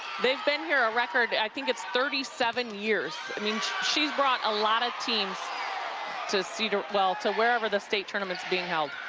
they've been here a record i think it's thirty seven years i mean she's brought a lot of teams to cedar well, to whatever the state tournament's being held.